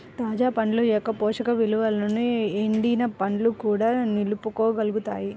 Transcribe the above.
తాజా పండ్ల యొక్క పోషక విలువలను ఎండిన పండ్లు కూడా నిలుపుకోగలుగుతాయి